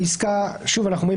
אנחנו אומרים,